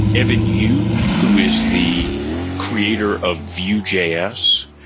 evan yu, who is the creator of vue js,